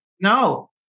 No